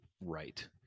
right